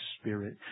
Spirit